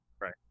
Right